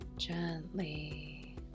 gently